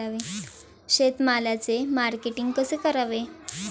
शेतमालाचे मार्केटिंग कसे करावे?